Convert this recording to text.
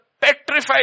petrified